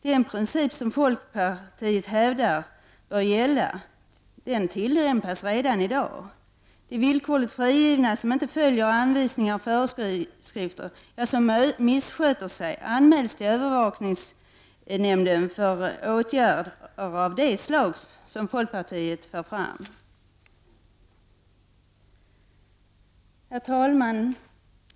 Den princip som folkpartiet hävdar bör gälla tillämpas redan i dag. De villkorligt frigivna som inte följer anvisningar och föreskrifter och som missköter sig anmäls till övervakningsnämnden för åtgärder av det slag som folkpartiet för fram. Herr talman!